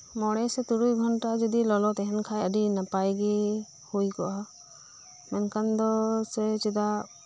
ᱢᱚᱬᱮ ᱥᱮ ᱛᱩᱨᱩᱭ ᱜᱷᱚᱱᱴᱟ ᱡᱩᱫᱤ ᱞᱚᱞᱚ ᱛᱟᱦᱮᱱ ᱠᱷᱟᱱ ᱟᱰᱤ ᱱᱟᱯᱟᱭ ᱜᱮ ᱦᱳᱭ ᱠᱚᱜᱼᱟ ᱢᱮᱱᱠᱷᱟᱱ ᱫᱚ ᱥᱮ ᱪᱮᱫᱟᱜ